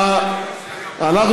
ים המלח בעיה חדשה?